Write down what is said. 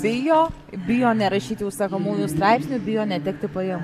bijo bijo nerašyti užsakomųjų straipsnių bijo netekti pajamų